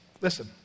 listen